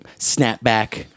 snapback